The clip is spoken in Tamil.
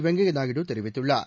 வெங்கைய நாயுடு தெரிவித்துள்ளார்